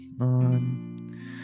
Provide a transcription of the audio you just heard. on